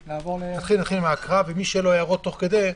תתחיל מהקראה, ומי שיש לו הערות תוך כדי,